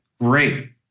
great